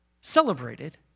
celebrated